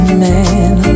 man